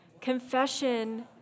Confession